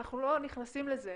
אנחנו לא נכנסים לזה.